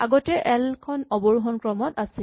আগতে এল খন অৱৰোহন ক্ৰমত আছিল